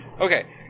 Okay